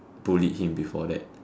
bullied him before that